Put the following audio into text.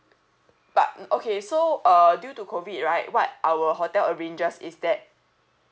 but mm okay so uh due to COVID right what our hotel arranges is that